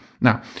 Now